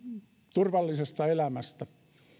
turvallisesta elämästä